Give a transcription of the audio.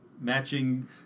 matching